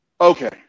okay